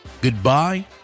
goodbye